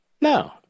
No